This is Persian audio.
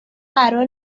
قرار